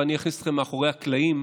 ואני אכניס אתכם מאחורי הקלעים,